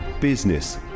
Business